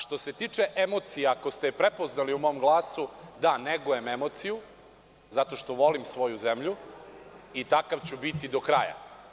Što se tiče emocija, ako ste je prepoznali u mom glasu - da negujem emociju zato što volim svoju zemlju, i takav ću biti do kraja.